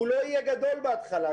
הוא לא יהיה גדול בהתחלה,